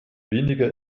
weniger